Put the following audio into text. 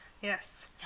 Yes